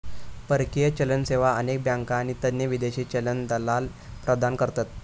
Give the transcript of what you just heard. परकीय चलन सेवा अनेक बँका आणि तज्ञ विदेशी चलन दलाल प्रदान करतत